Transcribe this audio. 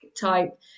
type